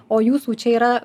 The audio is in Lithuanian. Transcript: o jūsų čia yra